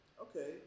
okay